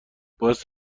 باعث